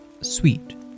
sweet